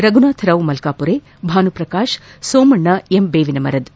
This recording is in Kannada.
ರಘುನಾಥ್ ರಾವ್ ಮಲ್ಡಾಪುರೆ ಭಾನುಪ್ರಕಾಶ್ ಸೋಮಣ್ಣ ಎಂ ದೇವಿನಮರದ್